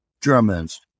Germans